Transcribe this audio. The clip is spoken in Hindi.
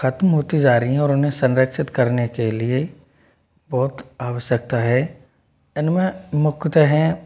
खत्म होती जा रही हैं और उन्हें संरक्षित करने के लिए बहुत आवश्यकता है इनमें मुख्यत हैं